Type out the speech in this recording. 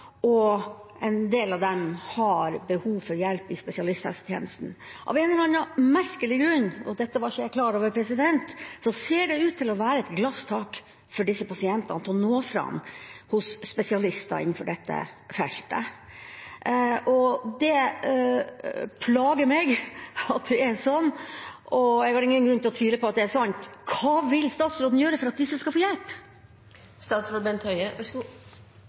og en del av dem har behov for hjelp i spesialisthelsetjenesten. Av en eller annen merkelig grunn – og dette var ikke jeg klar over – ser det ut til å være et glasstak for disse pasientene med hensyn til å nå fram hos spesialister innenfor dette feltet. Det plager meg at det er slik, men jeg har ingen grunn til å tvile på at det er sant. Hva vil statsråden gjøre for at disse skal få hjelp?